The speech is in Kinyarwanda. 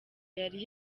yari